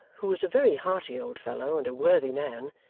who was a very hearty old fellow and a worthy man,